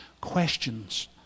questions